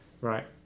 Right